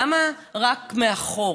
למה רק מאחור?